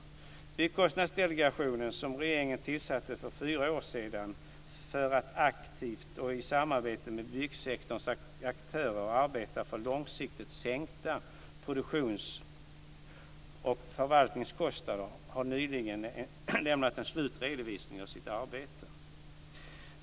Byggkostnadsdelegationen, som regeringen tillsatte för fyra år sedan för att aktivt och i samarbete med byggsektorns aktörer arbeta för långsiktigt sänkta produktions och förvaltningskostnader, har nyligen lämnat en slutredovisning av sitt arbete.